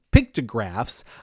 Pictographs